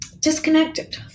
disconnected